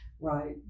Right